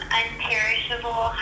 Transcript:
unperishable